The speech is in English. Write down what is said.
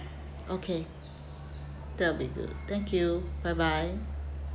okay that would be good thank you bye bye